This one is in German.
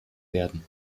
werden